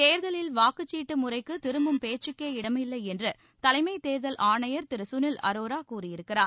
தேர்தலில் வாக்குச்சீட்டு முறைக்கு திரும்பும் பேச்கக்கே இடமில்லை என்று தலைமை தேர்தல் ஆணையர் திரு குனில் அரோரா கூறியிருக்கிறார்